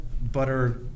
Butter